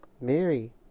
Mary